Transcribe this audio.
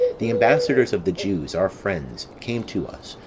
the ambassadors of the jews, our friends, came to us,